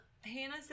hannah